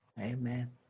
Amen